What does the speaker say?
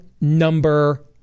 number